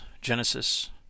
Genesis